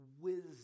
Wisdom